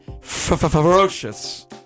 ferocious